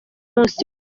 munsi